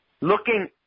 Looking